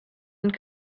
and